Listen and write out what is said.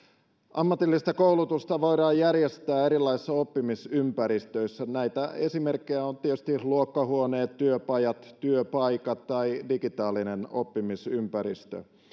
ammatillista koulutusta voidaan järjestää erilaisissa oppimisympäristöissä näistä esimerkkejä ovat tietysti luokkahuoneet työpajat työpaikat tai digitaalinen oppimisympäristö